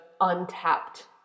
untapped